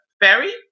ferry